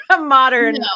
modern